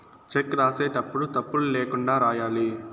check రాసేటప్పుడు తప్పులు ల్యాకుండా రాయాలి